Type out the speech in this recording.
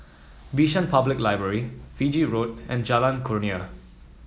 Bishan Public Library Fiji Road and Jalan Kurnia